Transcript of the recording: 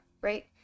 Right